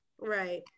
Right